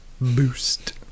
Boost